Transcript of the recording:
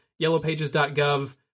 YellowPages.gov